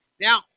Now